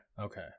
okay